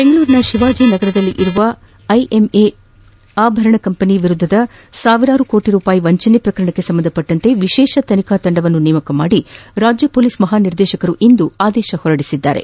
ಬೆಂಗಳೂರಿನ ಶಿವಾಜಿನಗರದಲ್ಲಿರುವ IMA jewellery company ವಿರುದ್ದದ ಸಾವಿರಾರು ಕೋಟಿ ರೂಪಾಯಿ ವಂಚನೆ ಪ್ರಕರಣಕ್ಕೆ ಸಂಬಂಧಿಸಿದಂತೆ ವಿಶೇಷ ತನಿಖಾ ತಂಡವೊಂದನ್ನು ನೇಮಿಸಿ ರಾಜ್ಯ ಪೊಲೀಸ್ ಮಹಾನಿರ್ದೇಶಕರು ಇಂದು ಆದೇಶ ಹೊರಡಿಸಿದ್ದಾರೆ